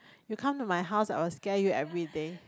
you come to my house I will scare you everyday